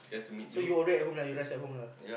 so you all day at home lah you rest at home lah